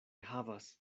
havas